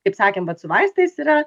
kaip sakėm vat su vaistais yra